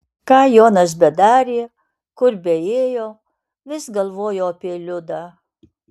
ką jonas bedarė kur beėjo vis galvojo apie liudą